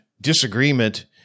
disagreement